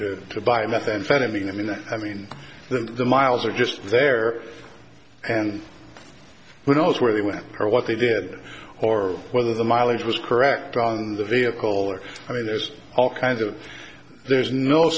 somewhere to buy methamphetamine i mean i mean the miles are just there and we know where they went or what they did or whether the mileage was correct on the vehicle or i mean there's all kinds of there's no